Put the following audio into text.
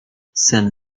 sen